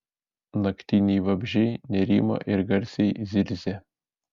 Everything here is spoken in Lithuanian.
naktiniai vabzdžiai nerimo ir garsiai zirzė